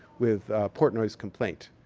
with portnoy's complaint.